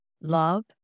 Love